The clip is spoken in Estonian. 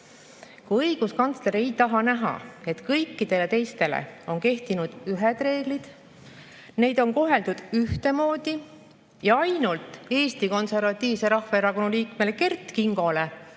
Kui õiguskantsler ei taha näha, et kõikidele teistele on kehtinud ühed reeglid, neid on koheldud ühtemoodi, ja ainult Eesti Konservatiivse Rahvaerakonna liikmele Kert Kingole kohaldub